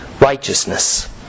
righteousness